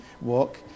walk